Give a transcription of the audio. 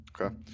Okay